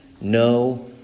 no